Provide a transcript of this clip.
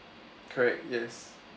correct yes